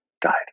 died